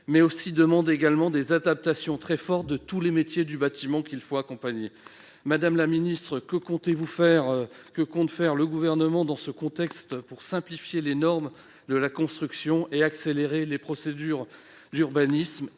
mais elles demandent également des adaptations très fortes de tous les métiers du bâtiment qu'il faut accompagner. Madame la ministre, que compte faire le Gouvernement pour simplifier les normes de la construction et pour accélérer les procédures d'urbanisme ?